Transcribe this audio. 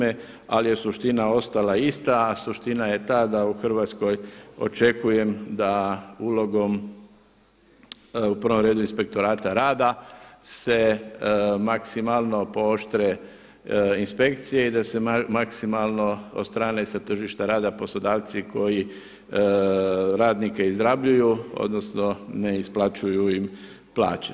Ali je suština ostala ista, a suština je ta da u Hrvatskoj očekujem da ulogom u prvom redu Inspektorata rada se maksimalno pooštre inspekcije i da se maksimalno odstrane sa tržišta rada poslodavci koji radnike izrabljuju, odnosno ne isplaćuju im plaće.